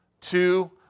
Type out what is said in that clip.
two